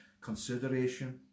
consideration